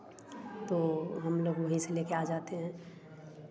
तो हम लोग वहीं से लेकर आ जाते हैं